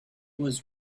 was